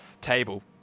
table